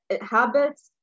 habits